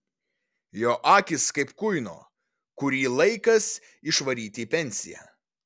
jo akys kaip kuino kurį laikas išvaryti į pensiją